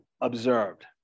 observed